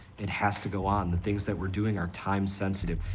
it has to go on. the things that we're doing are time-sensitive.